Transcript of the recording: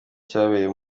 cyabereye